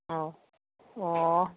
ꯑꯧ ꯑꯣ